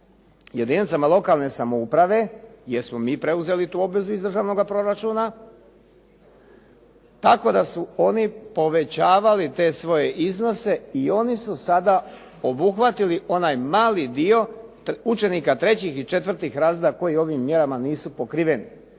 jedinicama lokalne samouprave jer smo mi preuzeli tu obvezu iz državnoga proračuna tako da su oni povećavali te svoje iznose i oni su sada obuhvatili onaj mali dio učenika trećih i četvrtih razreda koji ovim mjerama nisu pokriveni.